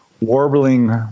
warbling